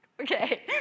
Okay